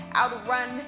outrun